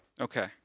Okay